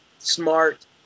smart